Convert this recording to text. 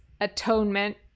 atonement